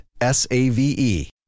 S-A-V-E